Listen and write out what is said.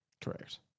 Correct